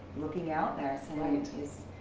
looking out there saying,